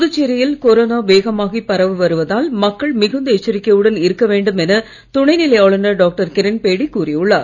புதுச்சேரியில் கொரோனா வேகமாகப் பரவி வருவதால் மக்கள் மிகுந்த எச்சரிக்கையுடன் இருக்க வேண்டும் என துணைநிலை ஆளுநர் டாக்டர் கிரண்பேடி கூறியுள்ளார்